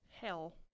Hell